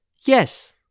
Yes